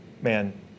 man